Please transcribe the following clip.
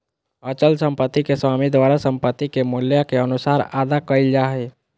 अचल संपत्ति के स्वामी द्वारा संपत्ति के मूल्य के अनुसार अदा कइल जा हइ